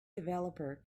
developer